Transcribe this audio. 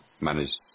managed